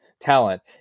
talent